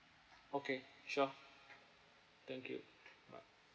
okay sure thank you bye